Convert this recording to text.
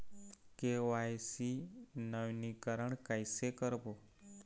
KYC नवीनीकरण कैसे करबो?